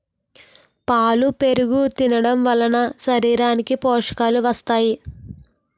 పాలు పెరుగు తినడంవలన శరీరానికి పోషకాలు వస్తాయి